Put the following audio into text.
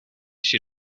chez